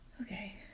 Okay